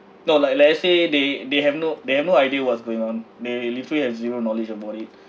not like let's say they they have no they have no idea what's going on they literally have zero knowledge about it